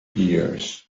years